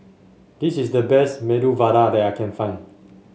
this is the best Medu Vada that I can find